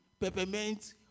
peppermint